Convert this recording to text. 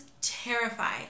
terrified